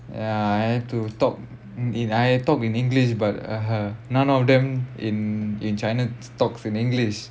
ya I have to talk did I talk in english but (uh huh) none of them in in china talks in english